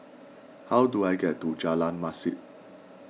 how do I get to Jalan Masjid